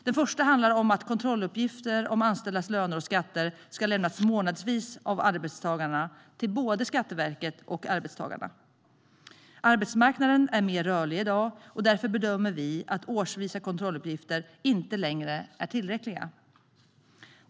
Den första handlar om att kontrolluppgifter om anställdas löner och skatter ska lämnas månadsvis av arbetsgivarna till både Skatteverket och arbetstagaren. Arbetsmarknaden är mer rörlig i dag. Därför bedömer vi att årsvisa kontrolluppgifter inte längre är tillräckliga.